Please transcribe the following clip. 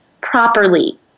properly